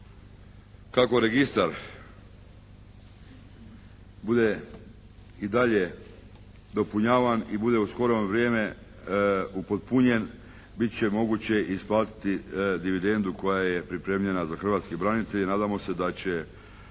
Kako registar bude i dalje dopunjavan i bude u skoro vrijeme upotpunjen bit će moguće isplatiti dividendu koja je pripremljena za hrvatske branitelje i nadamo se da će